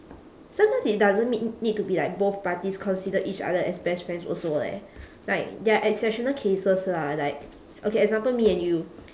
sometimes it doesn't need need to be like both parties consider each other as best friends also leh like there are exceptional cases lah like okay example me and you